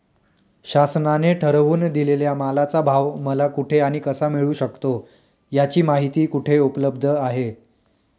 शासनाने ठरवून दिलेल्या मालाचा भाव मला कुठे आणि कसा मिळू शकतो? याची माहिती कुठे उपलब्ध आहे?